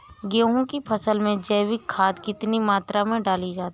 गेहूँ की फसल में जैविक खाद कितनी मात्रा में डाली जाती है?